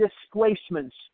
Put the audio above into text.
displacements